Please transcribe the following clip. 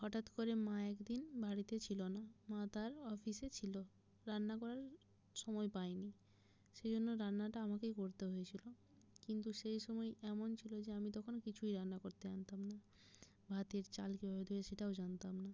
হঠাৎ করে মা একদিন বাড়িতে ছিল না মা তার অফিসে ছিল রান্না করার সময় পায়নি সেই জন্য রান্নাটা আমাকেই করতে হয়েছিল কিন্তু সেই সময় এমন ছিল যে আমি তখন কিছুই রান্না করতে জানতাম না ভাতের চাল কীভাবে ধোয় সেটাও জানতাম না